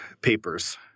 papers